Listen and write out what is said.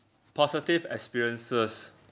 positive experiences